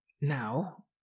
Now